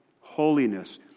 holiness